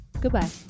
Goodbye